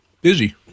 Busy